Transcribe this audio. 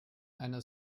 einer